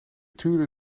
tuurde